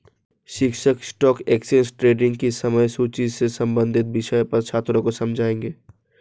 शिक्षक stock exchange trading की समय सूची से संबंधित विषय पर छात्रों को समझाएँगे